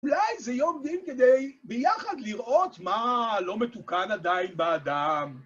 אולי זה יום דין כדי ביחד לראות מה לא מתוקן עדיין באדם.